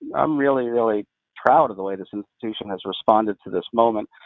um really really proud of the way this institution has responded to this moment.